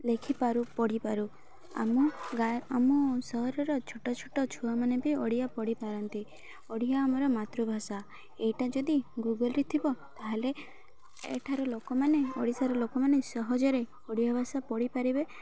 ଲେଖିପାରୁ ପଢ଼ିପାରୁ ଆମ ଗାଁ ଆମ ସହରର ଛୋଟ ଛୋଟ ଛୁଆମାନେ ବି ଓଡ଼ିଆ ପଢ଼ିପାରନ୍ତି ଓଡ଼ିଆ ଆମର ମାତୃଭାଷା ଏଇଟା ଯଦି ଗୁଗୁଲ୍ରେ ଥିବ ତା'ହେଲେ ଏଠାର ଲୋକମାନେ ଓଡ଼ିଶାର ଲୋକମାନେ ସହଜରେ ଓଡ଼ିଆ ଭାଷା ପଢ଼ିପାରିବେ